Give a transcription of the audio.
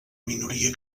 minoria